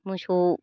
मोसौ